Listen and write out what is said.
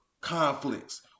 conflicts